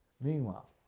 Meanwhile